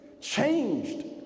changed